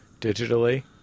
digitally